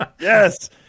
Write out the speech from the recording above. yes